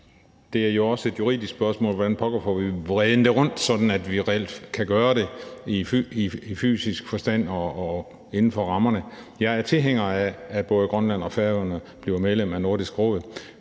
Det er jo også et juridisk spørgsmål, nemlig hvordan pokker vi får det vredet det rundt, sådan at vi reelt kan gøre det i fysisk forstand og inden for rammerne. Jeg er tilhænger af, at både Grønland og Færøerne bliver medlem af Nordisk Råd,